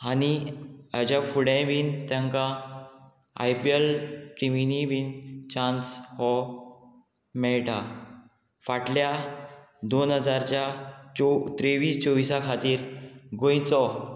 आनी हाज्या फुडें बीन तांकां आय पी एल टिमिंनी बीन चान्स हो मेळटा फाटल्या दोन हजारच्या चो त्रेवीस चोवीसा खातीर गोंयचो